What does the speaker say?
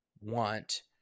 want